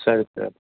சரி சார்